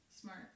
smart